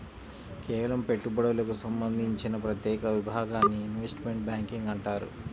కేవలం పెట్టుబడులకు సంబంధించిన ప్రత్యేక విభాగాన్ని ఇన్వెస్ట్మెంట్ బ్యేంకింగ్ అంటారు